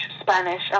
Spanish